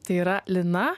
tai yra lina